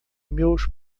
meus